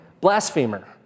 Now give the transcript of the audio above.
blasphemer